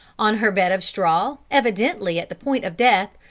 on her bed of straw, evidently at the point of death,